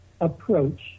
approach